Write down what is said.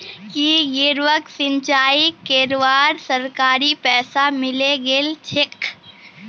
की गौरवक सिंचाई करवार सरकारी पैसा मिले गेल छेक